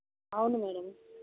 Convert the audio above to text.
అవును మేడం